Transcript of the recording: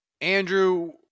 Andrew